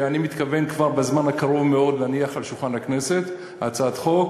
אני מתכוון כבר בזמן הקרוב מאוד להניח על שולחן הכנסת הצעת חוק